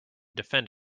defend